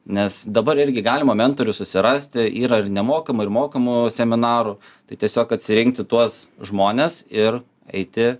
nes dabar irgi galima mentorių susirasti yra ir nemokamų ir mokamų seminarų tai tiesiog atsirinkti tuos žmones ir eiti